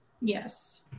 Yes